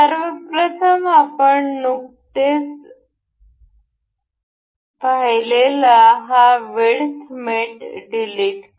सर्व प्रथम आपण नुकतेच असलेला हा वीडथ मेट डिलीट करू